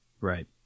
right